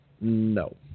No